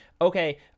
okay